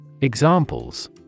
Examples